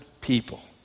people